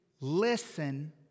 listen